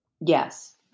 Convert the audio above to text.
Yes